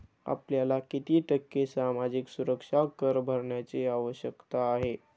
आपल्याला किती टक्के सामाजिक सुरक्षा कर भरण्याची आवश्यकता आहे?